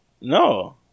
No